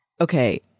Okay